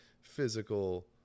physical